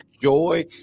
joy